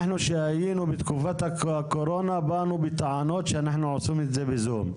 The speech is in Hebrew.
כאשר היינו בתקופת הקורונה אנחנו באנו בטענות שאנחנו עושים את זה בזום,